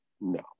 No